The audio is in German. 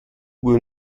uhr